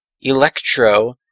Electro